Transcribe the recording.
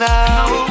Now